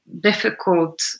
difficult